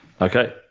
Okay